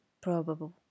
probable